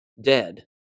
dead